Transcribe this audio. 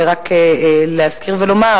רק להזכיר ולומר,